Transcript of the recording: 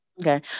Okay